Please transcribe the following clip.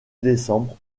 décembre